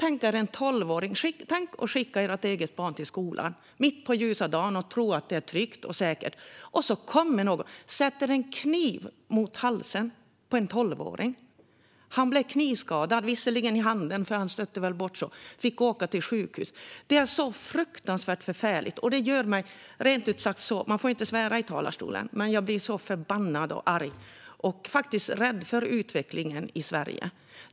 Tänk att ni skickar ert eget barn till skolan mitt på ljusa dagen och tror att det är säkert, och så kommer någon och sätter en kniv mot halsen på barnet som bara är tolv år. Pojken blev knivskadad, visserligen i handen, för han stötte väl bort kniven, och fick åka till sjukhus. Det är så fruktansvärt förfärligt. Man får inte svära i talarstolen, men det här är så förfärligt och jag blir förbannad, arg och faktiskt rädd för utvecklingen i Sverige.